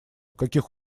каких